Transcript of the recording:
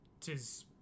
Tis